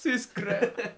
space Grab